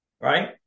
Right